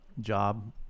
job